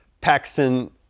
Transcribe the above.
Paxton